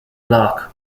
block